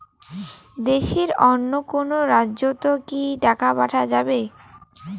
দেশের অন্য কোনো রাজ্য তে কি টাকা পাঠা যাবে?